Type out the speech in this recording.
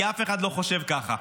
כי אף אחד לא חושב ככה.